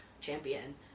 champion